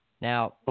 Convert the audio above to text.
Now